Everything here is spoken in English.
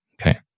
Okay